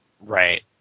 right